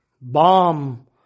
bomb